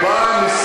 מה אתה מתרגש מזה?